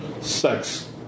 sex